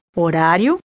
horário